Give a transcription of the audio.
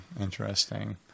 Interesting